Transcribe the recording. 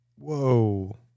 Whoa